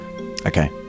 Okay